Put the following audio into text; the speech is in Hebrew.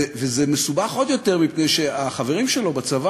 וזה מסובך עוד יותר מפני שהחברים שלו בצבא